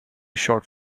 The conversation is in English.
short